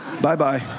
Bye-bye